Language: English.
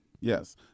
Yes